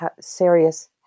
serious